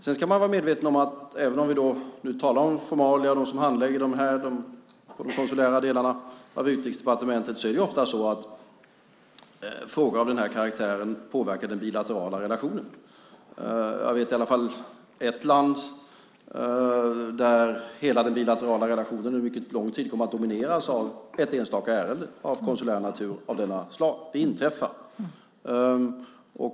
Man ska vara medveten om, även om vi nu talar om formalia och dem som handlägger de konsulära delarna på Utrikesdepartementet, att frågor av den här karaktären ofta påverkar den bilaterala relationen. Jag vet i alla fall ett land där hela den bilaterala relationen under mycket lång tid kom att domineras av ett enstaka ärende av konsulär natur. Det inträffar.